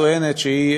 שטוענת שהיא